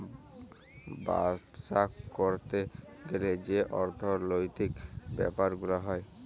বাপ্সা ক্যরতে গ্যালে যে অর্থলৈতিক ব্যাপার গুলা হ্যয়